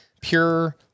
pure